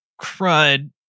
crud